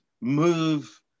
move